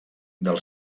del